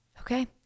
Okay